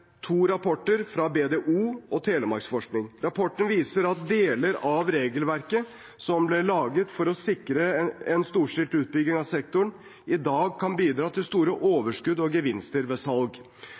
to rapporter fra BDO og Telemarksforsking. Rapportene viser at deler av regelverket som ble laget for å sikre en storstilt utbygging av sektoren, i dag kan bidra til store